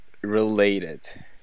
Related